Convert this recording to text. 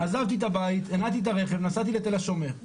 עזבתי את הבית, הנעתי את הרכב, נסעתי לתל השומר.